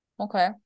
Okay